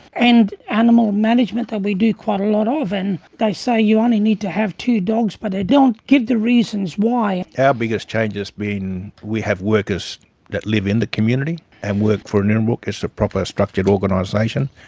and animal management that we do quite a lot of and they say you only need to have two dogs, but they don't give the reasons why. our biggest change has been we have workers that live in the community and work for nirrumbuk, it's a proper structured organisation.